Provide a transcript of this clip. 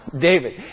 David